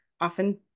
often